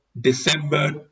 December